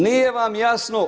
Nije vam jasno.